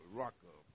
rocker